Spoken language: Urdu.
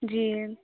جی